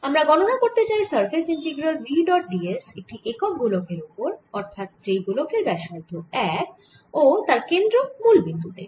আমরা গণনা করতে চাই surface integral v dot d s একটি একক গোলকের ওপর অর্থাৎ যেই গোলকের ব্যাসার্ধ 1 ও তার কেন্দ্র মুল বিন্দু তে